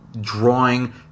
drawing